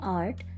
art